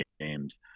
games